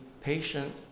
patient